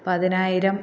പതിനായിരം